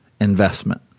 investment